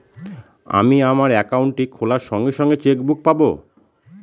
আমি আমার একাউন্টটি খোলার সঙ্গে সঙ্গে চেক বুক পাবো?